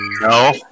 No